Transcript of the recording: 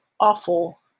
Awful